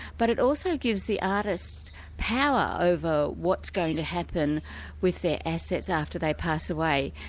but it also gives the artists power over what's going to happen with their assets after they pass away.